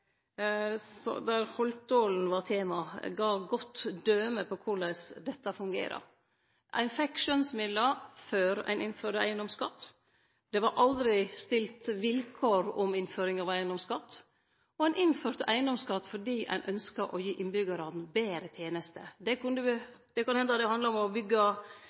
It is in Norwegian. der Holtålen var tema, gav eit godt døme på korleis dette fungerer. Ein fekk skjønnsmidlar før ein innførte eigedomsskatt. Det vart aldri stilt vilkår om innføring av eigedomsskatt, og ein innførte eigedomsskatt fordi ein ynskte å gi innbyggjarane betre tenester. Det kunne hende det handla om å byggje ein ny skule, det kunne hende det handla om å